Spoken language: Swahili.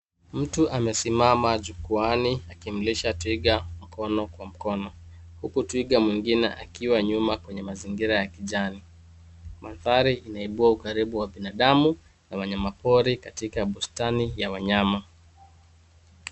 Mtu amesimama jukwaani akimlisha twiga mkono kwa mkono huku twiga mwingine akiwa nyuma kwenye mazingira ya kijani. Mandhari inaibua ukaribu wa binadamu na wanyamapori katika bustani ya wanyama.